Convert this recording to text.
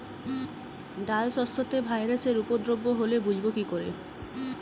ডাল শস্যতে ভাইরাসের উপদ্রব হলে বুঝবো কি করে?